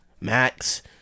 Max